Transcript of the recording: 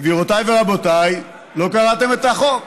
גבירותיי ורבותיי, לא קראתם את החוק.